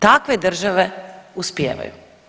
Takve države uspijevaju.